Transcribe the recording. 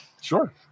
Sure